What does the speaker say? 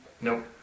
Nope